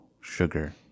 sugar